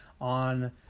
on